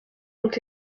ont